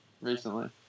recently